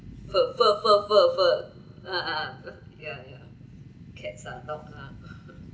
fur fur fur fur fur ah ah yeah yeah cats lah dog lah